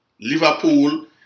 Liverpool